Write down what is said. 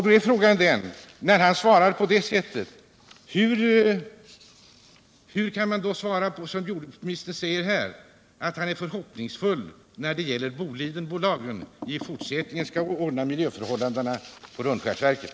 Då är frågan: När Bolidendirektören svarar så här, hur kan då jordbruksministern säga att han är förhoppningsfull när det gäller att Boliden i fortsättningen skall ordna miljöförhållandena på Rönnskärsverken?